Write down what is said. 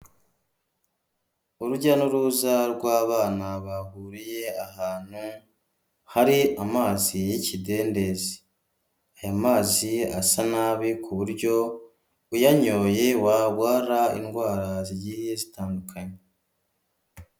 Urujya n'uruza rw'abana bahuriye ahantu hari amazi y'ikidendezi, aya mazi asa nabi ku buryo uyanyoye warwara indwara zigiye zitandukanye.